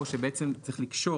או שבעצם צריך לקשור